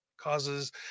causes